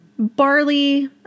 Barley